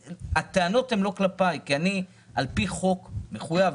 הטענות הן לא כלפיי כי אני על פי חוק מחויב,